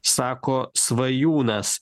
sako svajūnas